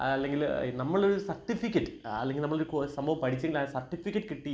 അല്ലെങ്കില് നമ്മളൊരു സർട്ടിഫിക്കറ്റ് അല്ലെങ്കിൽ നമ്മളൊരു സംഭവം പഠിച്ചെങ്കിൽ ആ സർട്ടിഫിക്കറ്റ് കിട്ടി